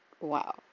wow